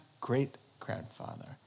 great-grandfather